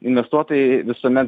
investuotojai visuomet